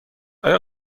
آیا